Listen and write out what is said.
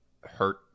hurt